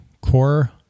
core